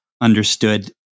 understood